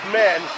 men